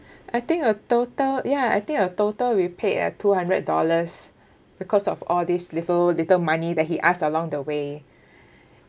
I think a total ya I think a total we paid a two hundred dollars because of all these little little money that he asked along the way